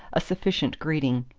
a sufficient greeting.